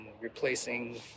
replacing